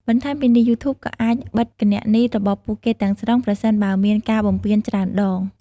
បន្ថែមពីនេះ យូធូប ក៏អាចបិទគណនីរបស់ពួកគេទាំងស្រុង ប្រសិនបើមានការបំពានច្រើនដង។